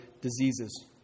diseases